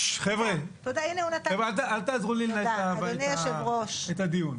חבר'ה, אל תעזרו לי לנהל את הדיון.